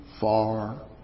far